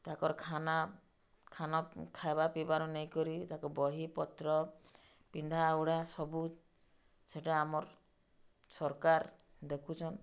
ତାଙ୍କର୍ ଖାନା ଖାନା ଖାଇବା ପିଇବାରୁ ନେଇକରି ତାଙ୍କର୍ ବହି ପତ୍ର ପିନ୍ଧା ଉଡ଼ା ସବୁ ସେଟା ଆମର୍ ସର୍କାର୍ ଦେଖୁଚନ୍